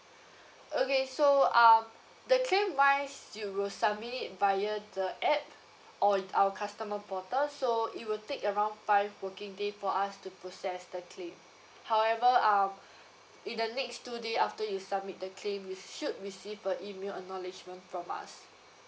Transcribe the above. okay so um the claim wise you will submit it via the app on our customer portal so it will take around five working days for us to process the claim however um in the next two day after you submit the claim you should receive a email acknowledgement from us